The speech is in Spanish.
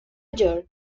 york